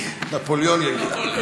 נפוליאון יגיע.